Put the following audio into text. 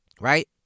Right